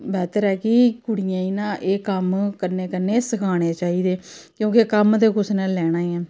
बैह्तर ऐ कि कुडियें न एह् कम्म कन्नै कन्नै सखाने चाहिदे क्योंकि कम्म ते कुसै ने लैने ई हे